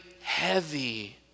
heavy